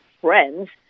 friends